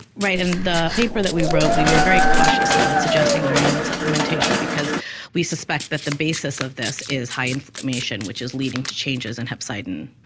right, and in the paper that we wrote we were very cautious about suggesting iron supplementation because we suspect that the basis of this is high inflammation which is leading to changes in hepcidin.